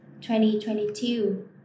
2022